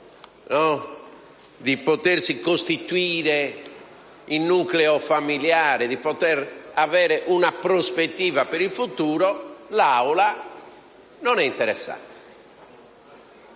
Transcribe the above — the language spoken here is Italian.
di potersi costituire in nucleo familiare, di poter avere una prospettiva per il futuro, l'Assemblea non è interessata